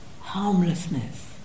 Harmlessness